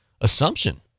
Assumption